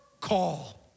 call